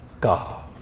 God